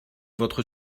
votre